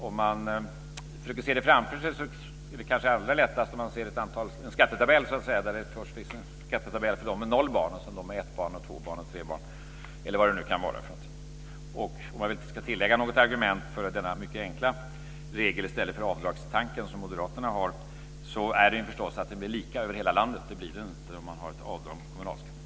Om vi försöker se det framför oss, är det kanske allra lättast att se att det finns en skattetabell för dem med noll barn, en för dem med ett barn, två barn och tre barn, eller vad det nu kan vara. Om jag ska tillägga något argument för denna mycket enkla regel i stället för avdragstanken, som Moderaterna har, är det förstås att det blir lika över hela landet. Det blir det inte om man har ett avdrag på kommunalskatten.